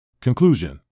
Conclusion